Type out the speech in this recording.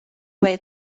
way